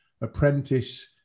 Apprentice